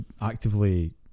actively